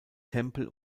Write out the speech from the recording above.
tempel